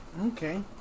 Okay